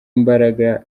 imbaraga